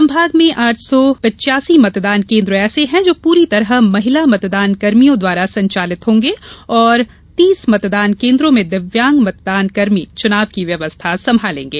संभाग में आठ सौ पिच्चासी मतदान केन्द्र ऐसे हैं जो पूरी तरह महिला मतदानकर्मियों द्वारा संचालित होंगे और तीस मतदान केन्द्रों में दिव्यांग मतदानकर्मी चुनाव की व्यवस्था संभालेंगे